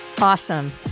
awesome